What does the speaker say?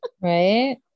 right